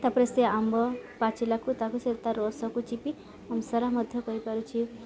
ତା'ପରେ ସେ ଆମ୍ବ ପାଚିଲାକୁ ତାକୁ ସେ ତା' ରସକୁ ଚିପି ମଧ୍ୟ କରିପାରୁଛି